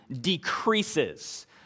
decreases